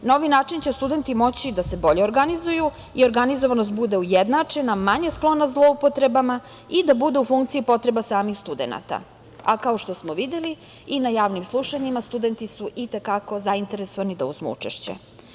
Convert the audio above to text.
Na ovaj način će studenti moći da se bolje organizuju i organizovanost bude ujednačena, manje sklona zloupotrebama i da bude u funkciji potreba samih studenata, a kao što smo videli i na javnim slušanjima studenti su i te kako zainteresovani da uzmu učešće.